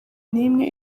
n’imwe